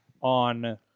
on